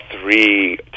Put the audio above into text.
three